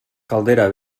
caldera